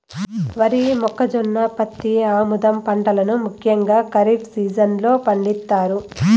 వరి, మొక్కజొన్న, పత్తి, ఆముదం పంటలను ముఖ్యంగా ఖరీఫ్ సీజన్ లో పండిత్తారు